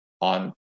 on